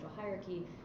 hierarchy